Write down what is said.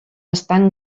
estan